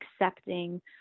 accepting